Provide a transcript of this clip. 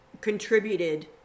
contributed